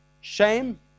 shame